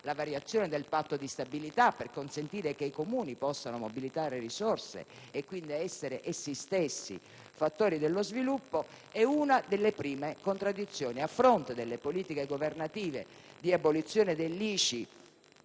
la variazione del Patto di stabilità, per consentire che i Comuni possano mobilitare risorse e quindi essere essi stessi fattori dello sviluppo, rappresentano una delle prime contraddizioni. A fronte delle politiche governative di abolizione dell'ICI